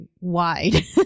wide